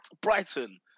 Brighton